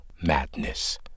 madness